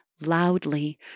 loudly